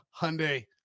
Hyundai